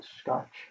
scotch